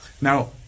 Now